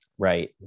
Right